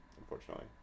unfortunately